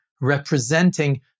representing